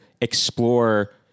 explore